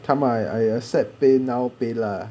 come I I accept paynow paylah